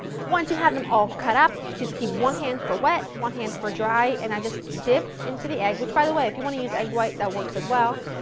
once you have them all cut up, just keep one hand for wet, one hand for dry and i just dip into the egg which by the way, if you want to use eggwhite that works as well,